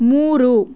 ಮೂರು